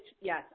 yes